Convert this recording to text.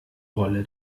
rolle